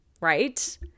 right